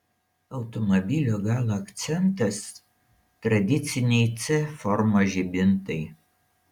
automobilio galo akcentas tradiciniai c formos žibintai